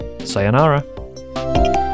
Sayonara